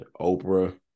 Oprah